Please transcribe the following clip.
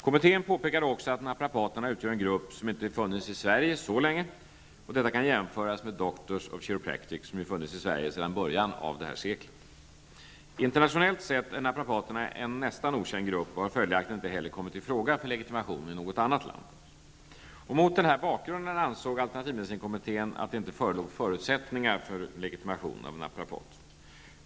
Kommittén påpekade också att naprapaterna utgör en grupp som inte funnits i Sverige så länge. Detta kan jämföras med Doctors of Chiropractic, som ju funnits i Sverige sedan början av det här seklet. Internationellt sett är naprapaterna en nästan okänd grupp och har följaktligen inte heller kommit i fråga för legitimation i något annat land. Mot denna bakgrund ansåg alternativmedicinkommittén att det inte förelåg förutsättningar för legitimation av naprapater.